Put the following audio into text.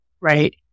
right